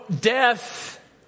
death